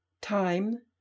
Time